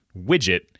widget